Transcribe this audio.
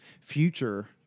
future